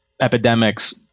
epidemics